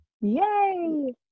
yay